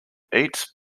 eat